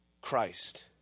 Christ